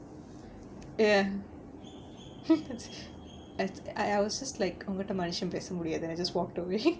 ya as I was just like ஒங்கிட்ட மனுஷன் பேச முடியாது:ongitta manushan pesa mudiyaathu then I just walked away